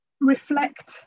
reflect